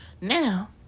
now